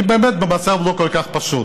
אני באמת במצב לא כל כך פשוט.